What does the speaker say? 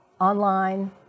online